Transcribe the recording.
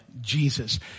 Jesus